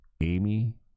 Amy